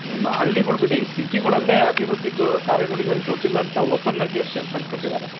ಇವನ್ನ ಹಳ್ಳಿಗಳು ಬಿಡಿ ಸಿಟಿಗಳಲ್ಲೇ ಅಭಿವೃದ್ಧಿಗೆ ಕಾರ್ಯಗಳಿಗೆ ಅವ್ರಿಗೆ ದುಡ್ಡಿಲ್ಲ ಅಂತ ಓಪನ್ನಾಗೆ ಸ್ಟೇಟ್ಮೆಂಟ್ ಕೊಟ್ಟಿದ್ದಾರೆ